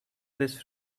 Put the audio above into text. this